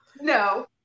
No